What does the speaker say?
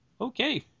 Okay